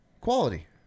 Quality